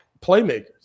playmakers